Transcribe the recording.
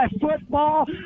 football